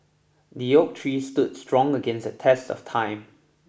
the oak tree stood strong against the test of time